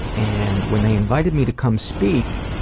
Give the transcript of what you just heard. and when they invited me to come speak,